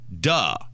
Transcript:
Duh